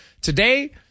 today